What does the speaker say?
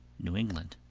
new england.